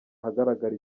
ahagaragara